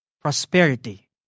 Prosperity